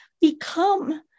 become